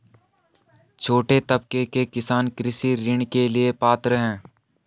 छोटे तबके के किसान कृषि ऋण के लिए पात्र हैं?